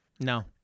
no